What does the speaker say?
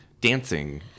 dancing